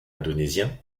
indonésien